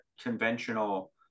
conventional